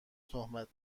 تهمت